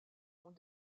ont